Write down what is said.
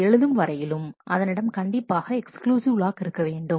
அது எழுதும் வரையிலும் அதனிடம் கண்டிப்பாக எக்ஸ்க்ளூசிவ் லாக் இருக்க வேண்டும்